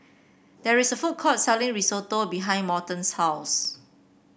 there is a food court selling Risotto behind Morton's house